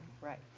right